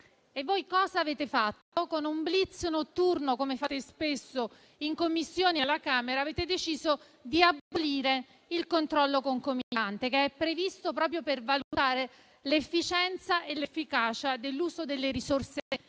Voi cosa avete fatto? Con un *blitz* notturno - come fate spesso - in Commissione alla Camera avete deciso di abolire il controllo concomitante, che è previsto proprio per valutare l'efficienza e l'efficacia dell'uso delle risorse